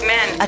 Men